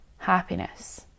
happiness